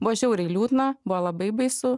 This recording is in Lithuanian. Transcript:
buvo žiauriai liūdna buvo labai baisu